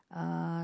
uh